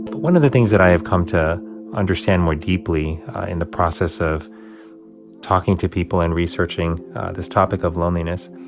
one of the things that i have come to understand more deeply in the process of talking to people and researching this topic of loneliness